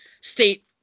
state